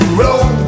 roll